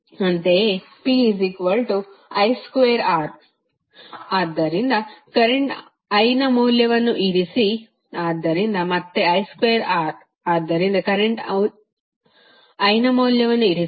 ಅಂತೆಯೇ pi2R ಆದ್ದರಿಂದ current iನ ಮೌಲ್ಯವನ್ನು ಇರಿಸಿ